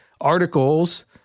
articles